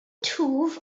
twf